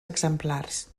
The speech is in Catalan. exemplars